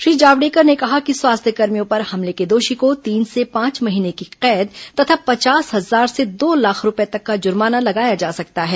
श्री जावड़ेकर ने कहा कि स्वास्थ्यकर्मियों पर हमले के दोषी को तीन से पांच महीने की कैद तथा पचास हजार से दो लाख रुपये तक का जुर्माना लगाया जा सकता है